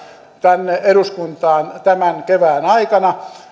tänne eduskuntaan tämän kevään aikana